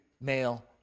male